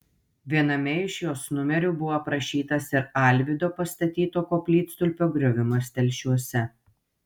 viename iš jos numerių buvo aprašytas ir alvydo pastatyto koplytstulpio griovimas telšiuose